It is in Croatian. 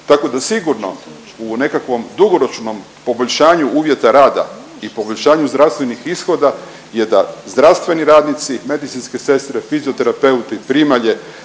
tako da sigurno u nekakvom dugoročnom poboljšanju uvjeta rada i poboljšanju zdravstvenih ishoda je da zdravstveni radnici, medicinske sestre, fizioterapeuti, primalje,